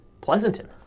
Pleasanton